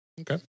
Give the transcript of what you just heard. Okay